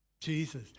Jesus